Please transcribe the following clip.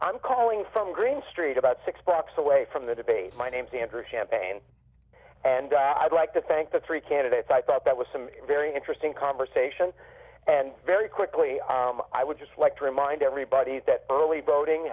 i'm calling from green street about six blocks away from the debate my name sandra champaign and i'd like to thank the three candidates i thought that was some very interesting conversation and very quickly i would just like to remind everybody that early voting